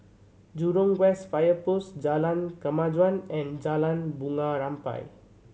Jurong West Fire Post Jalan Kemajuan and Jalan Bunga Rampai